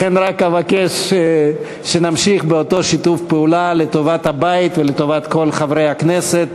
לכן רק אבקש שנמשיך באותו שיתוף פעולה לטובת הבית ולטובת כל חברי הכנסת,